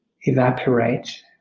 evaporate